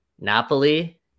napoli